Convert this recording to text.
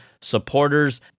supporters